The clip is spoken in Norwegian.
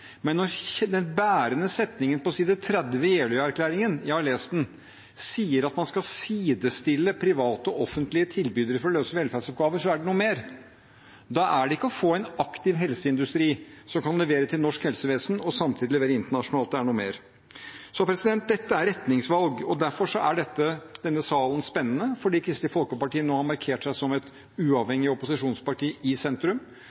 men når den bærende setningen på side 30 i Jeløya-erklæringen, jeg har lest den, sier at man skal sidestille private og offentlige tilbydere for å løse velferdsoppgaver, er det noe mer. Da er det ikke å få en aktiv helseindustri som kan levere til norsk helsevesen og samtidig levere internasjonalt. Det er noe mer. Dette er retningsvalg, og derfor er denne salen spennende. Kristelig Folkeparti har nå markert seg som et uavhengig opposisjonsparti i sentrum.